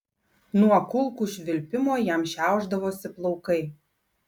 nuo kulkų švilpimo jam šiaušdavosi plaukai